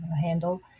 handle